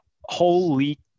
holy